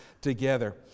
together